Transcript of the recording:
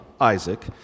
Isaac